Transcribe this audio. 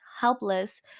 helpless